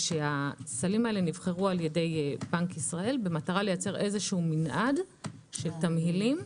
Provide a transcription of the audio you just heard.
הם נבחרו על-ידי בנק ישראל במטרה לייצר מנעד של תמהילים.